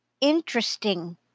Interesting